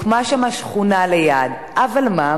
והוקמה שם שכונה ליד, אבל מה?